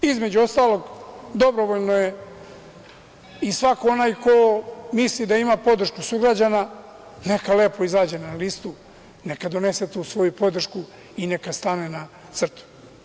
Između ostalog, dobrovoljno je i svako onaj ko misli da ima podršku sugrađana, neka lepo izađe na listu, neka donese tu svoju podršku i neka stane na crtu.